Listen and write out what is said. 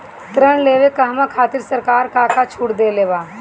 ऋण लेवे कहवा खातिर सरकार का का छूट देले बा?